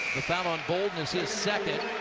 the foul on bouldin is his second.